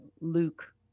Luke